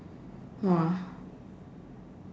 !wah!